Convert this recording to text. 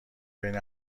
بین